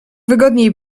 wygodniej